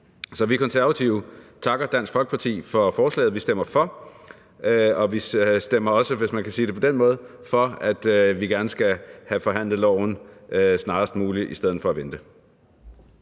Så vi Konservative takker Dansk Folkeparti for forslaget. Vi stemmer for, og vi stemmer også for – hvis man kan sige det på den måde – at vi gerne skal have forhandlet loven snarest muligt i stedet for at vente.